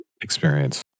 experience